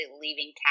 leaving